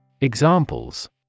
Examples